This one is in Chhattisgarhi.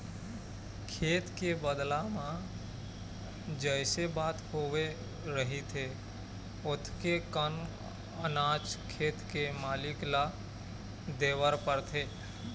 खेत के बदला म जइसे बात होवे रहिथे ओतके कन अनाज खेत के मालिक ल देबर परथे